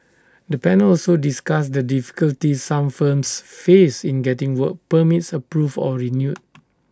the panel also discussed the difficulties some firms faced in getting work permits approved or renewed